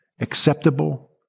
acceptable